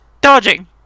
dodging